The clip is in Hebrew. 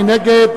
מי נגד,